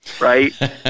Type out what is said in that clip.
right